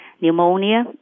pneumonia